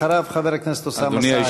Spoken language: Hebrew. אחריו, חבר הכנסת אוסאמה סעדי.